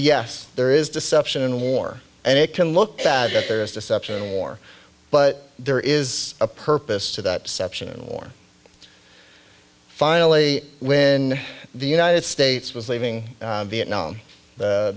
yes there is deception and war and it can look that there is deception and war but there is a purpose to that section in war finally when the united states was leaving vietnam